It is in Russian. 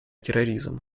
терроризм